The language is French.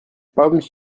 pommes